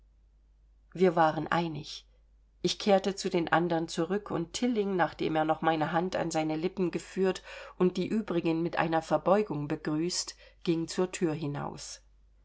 wir waren einig ich kehrte zu den andern zurück und tilling nachdem er noch meine hand an seine lippen geführt und die übrigen mit einer verbeugung begrüßt ging zur thür hinaus